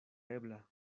ebla